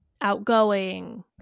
outgoing